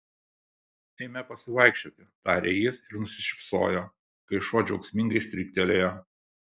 eime pasivaikščioti tarė jis ir nusišypsojo kai šuo džiaugsmingai stryktelėjo